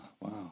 Wow